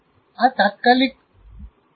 આ તાત્કાલિક ધ્યાને લેવાની પાંચ પ્રક્રિયાઓ છે